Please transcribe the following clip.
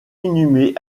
inhumée